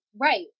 Right